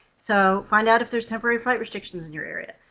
so find out if there's temporary flight restrictions in your area.